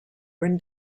when